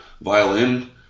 violin